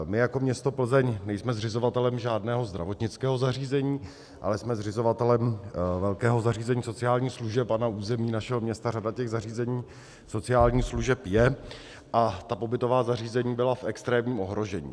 My jako město Plzeň nejsme zřizovatelem žádného zdravotnického zařízení, ale jsme zřizovatelem velkého zařízení sociálních služeb a na území našeho města řada těch zařízení sociálních služeb je a ta pobytová zařízení byla v extrémním ohrožení.